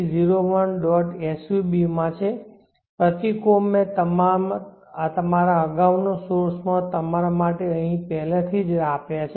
sub માં છે પ્રતીકો મેં તમારા અગાઉના સોર્સ માં તમારા માટે પહેલેથી જ આપ્યા છે